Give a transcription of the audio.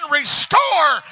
restore